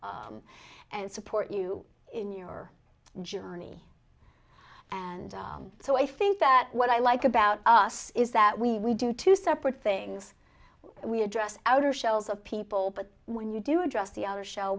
shell and support you in your journey and so i think that what i like about us is that we we do two separate things when we address outer shells of people but when you do address the outer shell